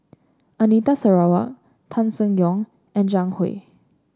Anita Sarawak Tan Seng Yong and Zhang Hui